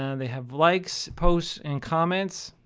and they have likes, posts, and comments